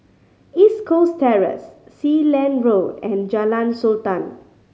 East Coast Terrace Sealand Road and Jalan Sultan